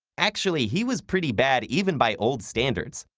actually, he was pretty bad, even by old standards.